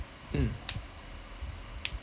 mm